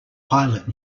pilot